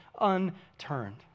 unturned